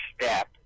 step